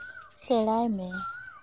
ᱥᱮᱬᱟᱭ ᱢᱮ